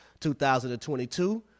2022